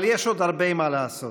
אבל יש עוד הרבה מה לעשות.